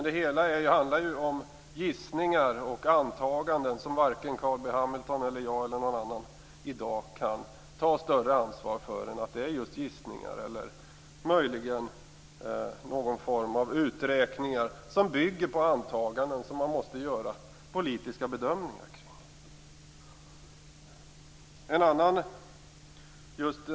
Det hela handlar ju om gissningar och antaganden som varken Carl B Hamilton, jag eller någon annan i dag kan ta större ansvar för än att det är just gissningar eller möjligen någon form av uträkningar som bygger på antaganden som man måste göra politiska bedömningar kring.